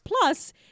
plus